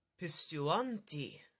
Pistuanti